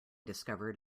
discovered